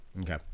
Okay